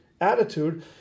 attitude